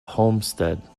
homestead